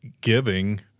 giving